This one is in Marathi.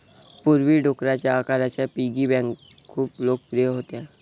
पूर्वी, डुकराच्या आकाराच्या पिगी बँका खूप लोकप्रिय होत्या